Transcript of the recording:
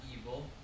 evil